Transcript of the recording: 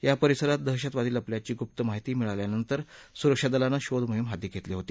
या परिसरात दहशतवादी लपल्याची गुप्त माहिती मिळाल्यानंतर सुरक्षा दलानं शोध मोहिम हाती घेतली होती